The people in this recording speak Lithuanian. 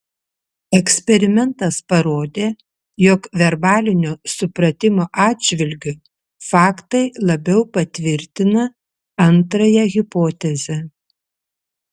eksperimentas parodė jog verbalinio supratimo atžvilgiu faktai labiau patvirtina antrąją hipotezę